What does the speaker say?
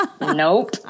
Nope